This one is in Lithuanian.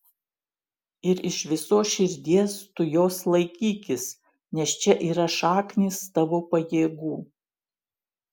ir iš visos širdies tu jos laikykis nes čia yra šaknys tavo pajėgų